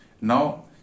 Now